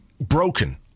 broken